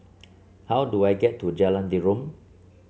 how do I get to Jalan Derum